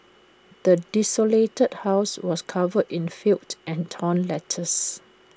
the desolated house was covered in filth and torn letters